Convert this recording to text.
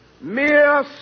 mere